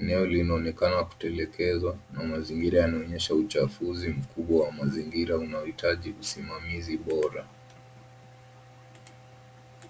Eneo linaonekana kutelekezwa na mazingira yanaonyesha uchafuzi mkubwa wa mazingira unaohitaji usimamizi bora.